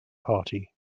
party